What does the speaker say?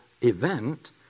event